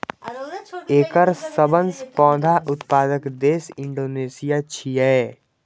एकर सबसं पैघ उत्पादक देश इंडोनेशिया छियै